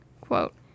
quote